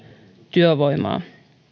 työvoimaa